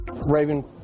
Raven